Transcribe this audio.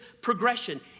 progression